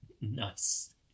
Nice